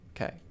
okay